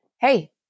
hey